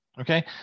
Okay